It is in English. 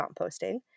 composting